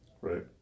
right